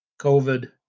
COVID